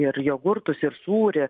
ir jogurtus ir sūrį